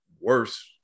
worse